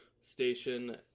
station